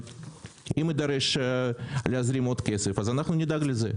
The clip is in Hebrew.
אם יידרש להזרים עוד כסף אז אנחנו נדאג לזה.